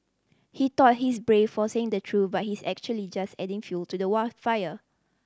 he thought he's brave for saying the truth but he's actually just adding fuel to the fire